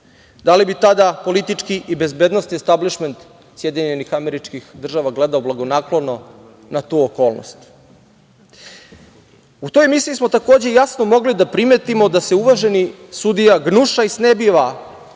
Da li bi tada politički i bezbednosni establišment SAD gledao blagonaklono na tu okolnost?U toj emisiji smo takođe jasno mogli da primetimo da se uvaženi sudija gnuša i snebiva